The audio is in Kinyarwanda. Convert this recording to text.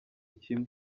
kimwe